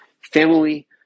Family